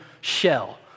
shell